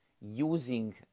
using